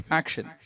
action